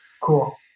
cool